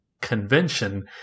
convention